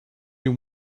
you